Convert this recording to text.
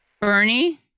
Bernie